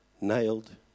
Nailed